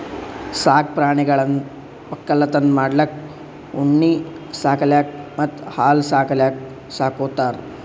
ಸಾಕ್ ಪ್ರಾಣಿಗಳನ್ನ್ ವಕ್ಕಲತನ್ ಮಾಡಕ್ಕ್ ಉಣ್ಣಿ ಸಲ್ಯಾಕ್ ಮತ್ತ್ ಹಾಲ್ ಸಲ್ಯಾಕ್ ಸಾಕೋತಾರ್